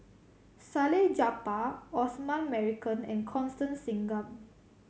Salleh Japar Osman Merican and Constance Singam